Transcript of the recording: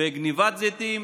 בגנבת זיתים,